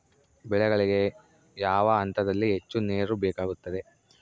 ಬೆಳೆಗಳಿಗೆ ಯಾವ ಹಂತದಲ್ಲಿ ಹೆಚ್ಚು ನೇರು ಬೇಕಾಗುತ್ತದೆ?